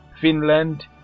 finland